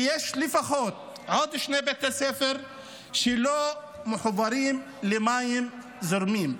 ויש לפחות עוד שני בתי ספר שלא מחוברים למים זורמים.